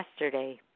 yesterday